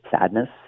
sadness